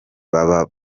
baba